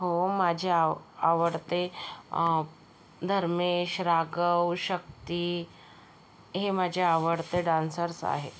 हो माझे आ आवडते धर्मेश रागव शक्ती हे माझे आवडते डान्सर्स आहेत